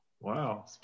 Wow